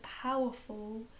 powerful